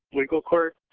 legal court.